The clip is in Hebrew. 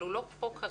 אבל הוא לא פה כרגע.